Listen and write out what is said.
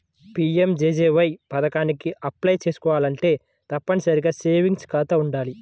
PMJJBY పథకానికి apply చేసుకోవాలంటే తప్పనిసరిగా సేవింగ్స్ ఖాతా వుండాలి